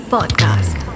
Podcast